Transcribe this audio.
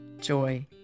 joy